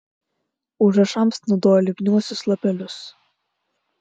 užrašams naudojo lipniuosius lapelius